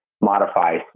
modify